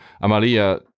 amalia